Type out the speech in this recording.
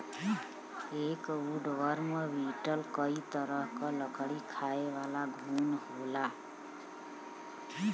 एक woodworm beetle कई तरह क लकड़ी खायेवाला घुन होला